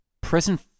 present